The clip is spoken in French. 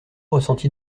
ressenti